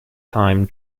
time